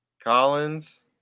Collins